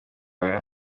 bawe